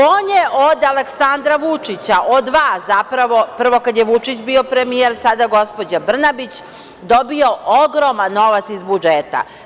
On je od Aleksandra Vučića, od vas zapravo, prvo kad je Vučić bio premijer, sada gospođa Brnabić, dobio ogroman novac iz budžeta.